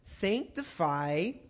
Sanctify